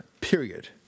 period